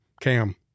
Cam